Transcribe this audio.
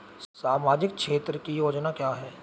सामाजिक क्षेत्र की योजना क्या है?